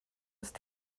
ist